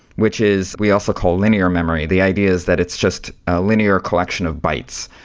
which is we also call linear memory, the ideas that it's just a linear collection of bites.